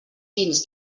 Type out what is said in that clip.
vins